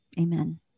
Amen